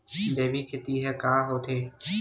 जैविक खेती ह का होथे?